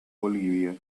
bolivia